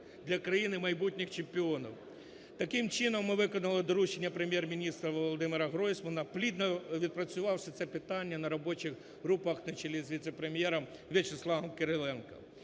для країни майбутніх чемпіонів. Таким чином, ми виконали доручення Прем'єр-міністра Володимира Гройсмана, плідно відпрацювавши це питання на робочих групах на чолі з віце-прем'єром В'ячеславом Кириленком.